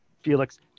Felix